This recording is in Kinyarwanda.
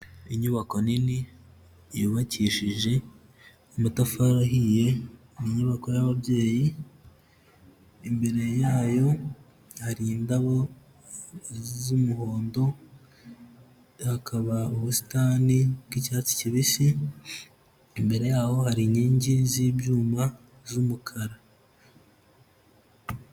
Inyubako nini, yubakishije amatafari ahiye, ni inyubako y'ababyeyi, imbere yayo hari indabo z'umuhondo, hakaba ubusitani bw'icyatsi kibisi, imbere yaho hari inkingi z'ibyuma z'umukara.